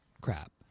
crap